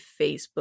Facebook